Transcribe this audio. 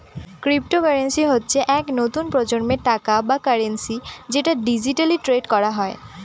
cryptocurrency হচ্ছে এক নতুন প্রজন্মের টাকা বা কারেন্সি যেটা ডিজিটালি ট্রেড করা হয়